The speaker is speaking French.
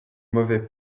mauvais